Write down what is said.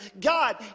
God